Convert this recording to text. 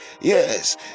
Yes